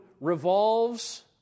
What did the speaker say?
revolves